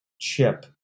chip